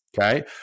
Okay